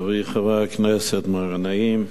חברי חבר הכנסת מר גנאים,